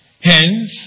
Hence